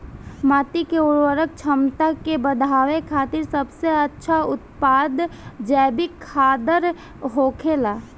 माटी के उर्वरक क्षमता के बड़ावे खातिर सबसे अच्छा उत्पाद जैविक खादर होखेला